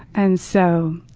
and so